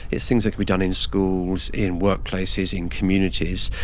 it's things that can be done in schools, in workplaces, in communities,